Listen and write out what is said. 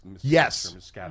Yes